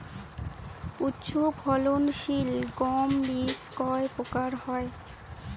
উচ্চ ফলন সিল গম বীজ কয় প্রকার হয়?